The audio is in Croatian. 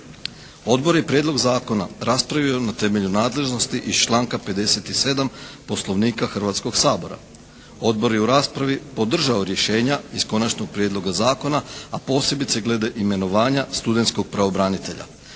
Odbor je prijedlog zakona raspravio na temelju nadležnosti iz članka 57. Poslovnika Hrvatskog sabora. Odbor je u raspravi podržao rješenja iz konačnog prijedloga zakona, a posebice glede imenovanja studentskog pravobranitelja.